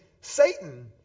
Satan